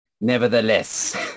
Nevertheless